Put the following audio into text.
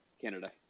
Canada